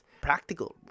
practical